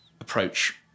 approach